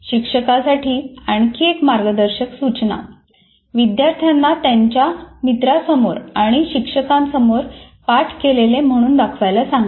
शिक्षकांसाठी आणखी एक मार्गदर्शक सूचनाः विद्यार्थ्यांना त्यांच्या मित्रांसमोर आणि शिक्षकांसमोर पाठ केलेले म्हणून दाखवायला सांगा